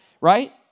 right